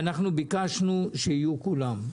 אנחנו ביקשנו שכולם יהיו.